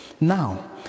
Now